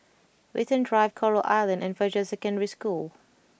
Watten Drive Coral Island and Fajar Secondary School